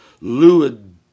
lewd